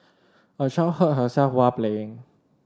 a child hurt herself while playing